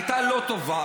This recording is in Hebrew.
הייתה לא טובה,